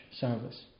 service